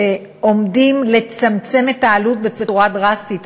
שעומדים לצמצם את העלות בצורה דרסטית.